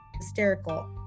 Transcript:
hysterical